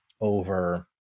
over